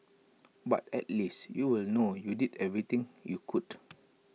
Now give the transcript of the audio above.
but at least you'll know you did everything you could